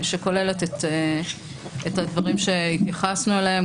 חובת תיעוד מפורטת שכוללת את הדברים שהתייחסנו אליהם,